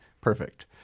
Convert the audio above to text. perfect